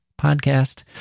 podcast